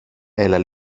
έλα